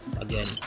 again